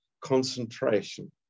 concentration